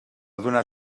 donar